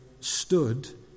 stood